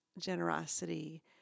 generosity